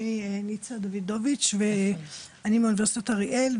אני מאוניברסיטת אריאל,